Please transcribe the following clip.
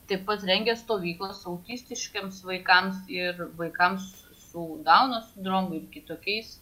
taip pat rengia stovyklas autistiškiems vaikams ir vaikams su dauno sindromu ir kitokiais